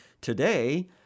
today